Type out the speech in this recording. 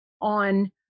on